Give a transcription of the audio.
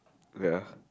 ya